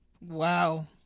Wow